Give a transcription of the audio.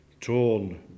torn